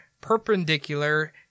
perpendicular